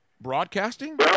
broadcasting